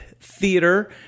theater